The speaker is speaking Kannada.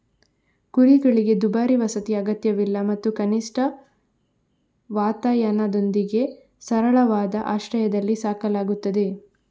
ಕುರಿಗಳಿಗೆ ದುಬಾರಿ ವಸತಿ ಅಗತ್ಯವಿಲ್ಲ ಮತ್ತು ಕನಿಷ್ಠ ವಾತಾಯನದೊಂದಿಗೆ ಸರಳವಾದ ಆಶ್ರಯದಲ್ಲಿ ಸಾಕಲಾಗುತ್ತದೆ